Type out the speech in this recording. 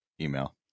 email